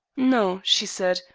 no, she said,